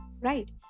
right